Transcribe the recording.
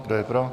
Kdo je pro?